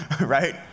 right